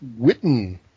Witten